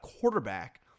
quarterback